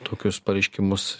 tokius pareiškimus